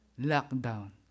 lockdown